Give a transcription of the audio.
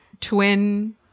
twin